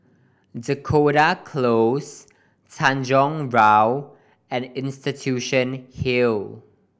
Dakota Close Tanjong Rhu and Institution Hill